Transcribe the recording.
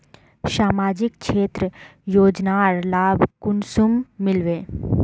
सामाजिक क्षेत्र योजनार लाभ कुंसम मिलबे?